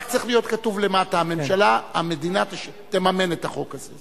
רק צריך להיות כתוב למטה: המדינה תממן את החוק הזה.